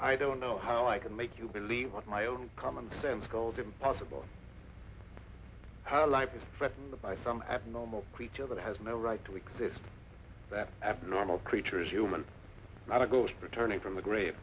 i don't know how i can make you believe what my own common sense called impossible how life is threatened by some abnormal creature that has no right to exist that abnormal creature is human not a ghost paternity from the gr